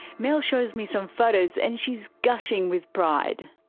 mel shows me some photos and she's gushing with pride.